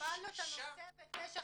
--- קיבלנו את הנושא ב-9:54.